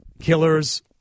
Killers